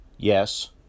Yes